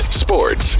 sports